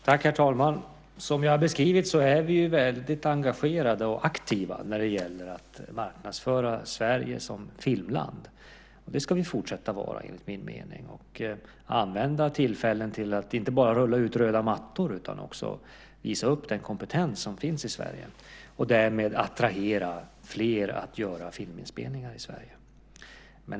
Herr talman! Som jag har beskrivit är vi väldigt engagerade och aktiva när det gäller att marknadsföra Sverige som filmland. Det ska vi enligt min mening fortsätta att vara. Vi ska ta vara på tillfällen att inte bara rulla ut röda mattor utan också att visa den kompetens som finns i Sverige och därmed attrahera fler att göra filminspelningar i Sverige.